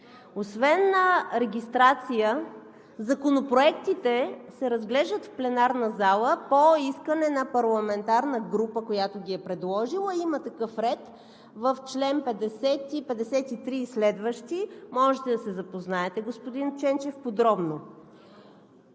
Освен регистрация законопроектите се разглеждат в пленарната зала по искане на парламентарната група, която ги е предложила. Има такъв ред в чл. 50, чл. 53 и следващи – можете да се запознаете подробно,